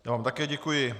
Já vám také děkuji.